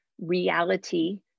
reality